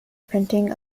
printing